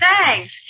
Thanks